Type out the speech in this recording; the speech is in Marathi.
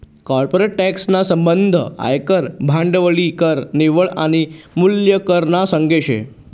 कॉर्पोरेट टॅक्स ना संबंध आयकर, भांडवली कर, निव्वळ आनी मूल्य कर ना संगे शे